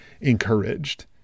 encouraged